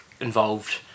involved